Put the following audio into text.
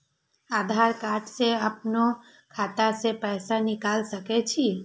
आधार कार्ड से अपनो खाता से पैसा निकाल सके छी?